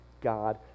God